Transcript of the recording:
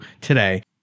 today